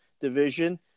division